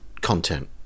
content